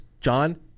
John